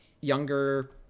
younger